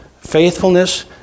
faithfulness